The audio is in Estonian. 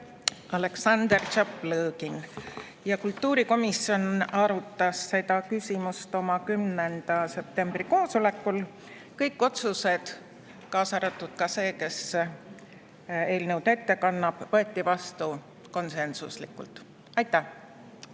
Aleksandr Tšaplõgin."Kultuurikomisjon arutas seda küsimust oma 10. septembri koosolekul. Kõik otsused, kaasa arvatud see, kes eelnõu ette kannab, võeti vastu konsensuslikult. Aitäh!